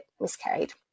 miscarried